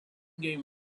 game